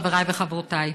חבריי וחברותיי,